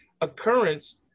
occurrence